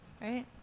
Right